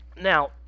Now